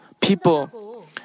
people